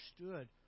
understood